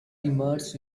immerse